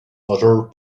other